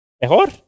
mejor